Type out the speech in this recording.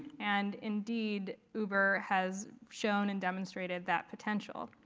and indeed, uber has shown and demonstrated that potential.